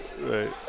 Right